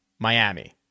Miami